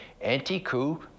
Anti-coup